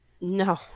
No